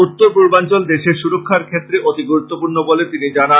উত্তর পূর্বাঞ্চল দেশের সুরক্ষার ক্ষেত্রে অতি গুরুত্বপূর্ন বলে তিনি জানান